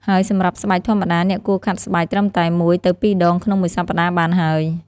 ហើយសម្រាប់ស្បែកធម្មតា អ្នកគួរខាត់ស្បែកត្រឹមតែ ១ ទៅ ២ ដង ក្នុងមួយសប្ដាហ៍បានហើយ។